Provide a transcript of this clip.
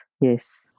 yes